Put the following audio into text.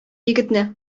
егетне